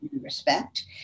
respect